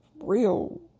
real